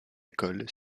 école